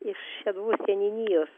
iš šeduvos seniūnijos